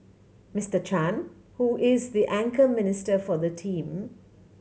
Mister Chan who is the anchor minister for the team